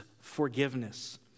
forgiveness